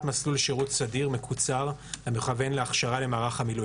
מסלול שירות סדיר מקוצר המכוון להכשרה למערך המילואים.